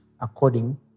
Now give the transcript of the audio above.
according